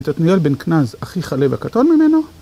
את עותניאל בן קנז, אחי כלב הקטון ממנו.